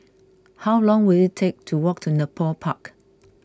how long will it take to walk to Nepal Park